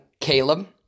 Caleb